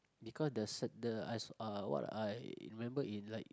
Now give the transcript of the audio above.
because the s~ the uh what I remember in like